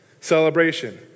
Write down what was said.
celebration